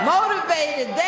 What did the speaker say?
Motivated